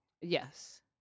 Yes